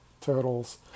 turtles